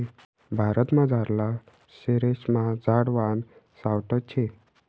भारतमझारला शेरेस्मा झाडवान सावठं शे